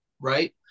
right